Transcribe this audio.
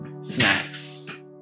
snacks